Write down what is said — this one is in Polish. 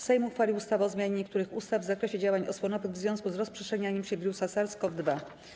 Sejm uchwalił ustawę o zmianie niektórych ustaw w zakresie działań osłonowych w związku z rozprzestrzenianiem się wirusa SARS-CoV-2.